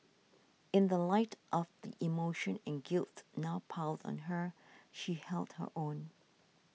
in the light of the emotion and guilt now piled on her she held her own